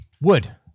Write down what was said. wood